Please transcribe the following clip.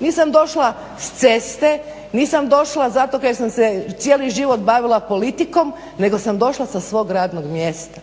nisam došla s ceste, nisam došla zato kaj sam se cijeli život bavila politikom, nego sam došla sa svog radnog mjesta.